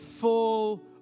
Full